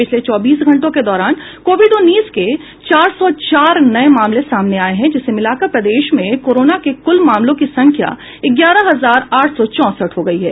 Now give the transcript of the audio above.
पिछले चौबीस घंटों के दौरान कोविड उन्नीस के चार सौ चार नये मामले सामने आये हैं जिसे मिलाकर प्रदेश में कोरोना के कुल मामलों की संख्या ग्यारह हजार आठ सौ चौंसठ हो गयी है